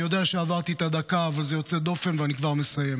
אני יודע שעברתי את הדקה אבל זה יוצא דופן ואני כבר מסיים,